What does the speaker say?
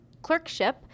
clerkship